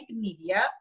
Media